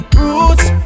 roots